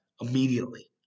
immediately